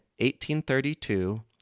1832